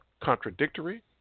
contradictory